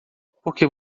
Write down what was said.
porque